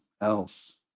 else